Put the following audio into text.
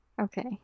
Okay